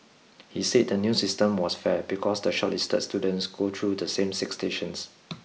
he said the new system was fair because the shortlisted students go through the same six stations